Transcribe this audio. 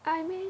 I mean